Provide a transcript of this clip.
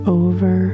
over